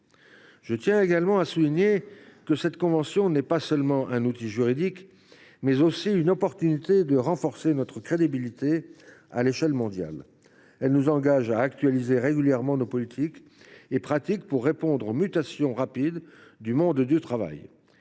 Je tiens également à souligner que cette convention n’est pas seulement un outil juridique, elle est aussi l’opportunité de renforcer notre crédibilité à l’échelle mondiale. Elle tendra à nous engager à actualiser régulièrement nos politiques et pratiques pour répondre aux mutations rapides du monde du travail.